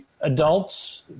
adults